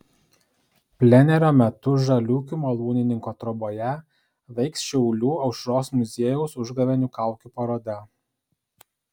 plenero metu žaliūkių malūnininko troboje veiks šiaulių aušros muziejaus užgavėnių kaukių paroda